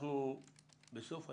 בסוף הדיון,